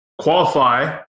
qualify